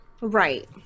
Right